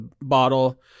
bottle